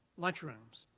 lunch rooms,